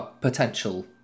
potential